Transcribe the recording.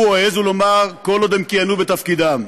או העזו לומר כל עוד הם כיהנו בתפקידם.